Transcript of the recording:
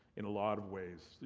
in a lot of ways,